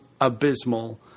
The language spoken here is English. abysmal